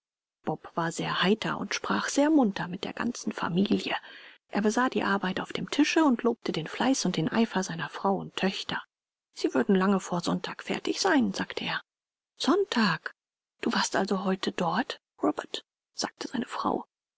war sehr heiter und sprach sehr munter mit der ganzen familie er besah die arbeit auf dem tische und lobte den fleiß und den eifer seiner frau und töchter sie würden lange vor sonntag fertig sein sagte er sonntag du warst also heute dort robert sagte seine frau